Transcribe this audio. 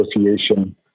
association